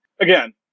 again